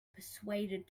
persuaded